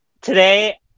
today